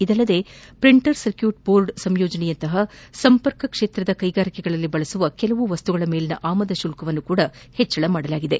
ಇದಲ್ಲದೆ printer circuit board ಸಂಯೋಜನೆಯಂತಹ ಸಂಪರ್ಕ ಕ್ಷೇತ್ರದ ಕೈಗಾರಿಕೆಗಳಲ್ಲಿ ಬಳಸುವ ಕೆಲ ಮಸ್ತುಗಳ ಮೇಲಿನ ಆಮದು ಶುಲ್ಲವನ್ನು ಸಹ ಹೆಚ್ಚಿಸಲಾಗಿದೆ